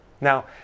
Now